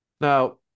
Now